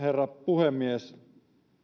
herra puhemies